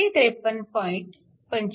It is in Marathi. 25 W